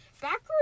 backwards